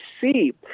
see